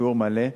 שיעור מלא,